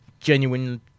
genuine